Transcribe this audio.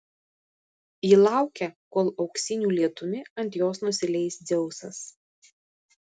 ji laukia kol auksiniu lietumi ant jos nusileis dzeusas